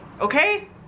okay